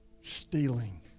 stealing